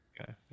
Okay